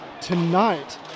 tonight